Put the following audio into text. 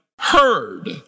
heard